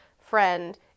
friend